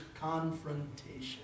confrontation